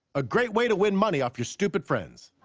a great way to win money off your stupid friends.